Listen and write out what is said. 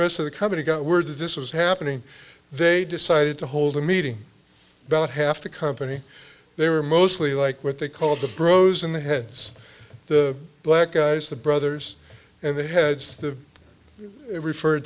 rest of the company got word that this was happening they decided to hold a meeting about half the company they were mostly like what they called the bros in the heads the black guys the brothers and the heads the refer